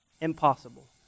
Impossible